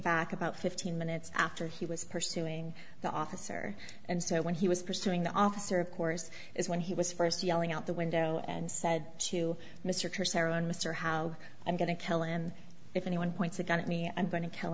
back about fifteen minutes after he was pursuing the officer and so when he was pursuing the officer of course is when he was first yelling out the window and said to mr seren mr how i'm going to kill him if anyone points a gun at me i'm going to kill